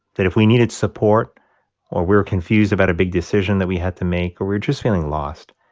that if we needed support or we were confused about a big decision that we had to make or we were just feeling lost,